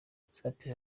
safi